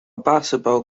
basketball